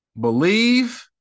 Believe